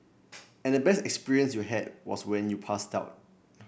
and the best experience you had was when you passed out